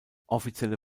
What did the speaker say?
offizielle